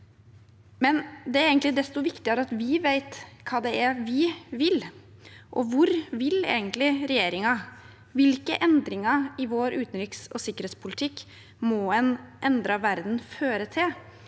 er egentlig desto viktigere at vi vet hva vi vil. Og hvor vil egentlig regjeringen? Hvilke endringer i vår utenriks- og sikkerhetspolitikk må en endret verden føre til?